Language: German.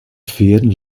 pferden